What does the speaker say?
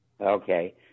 Okay